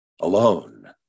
alone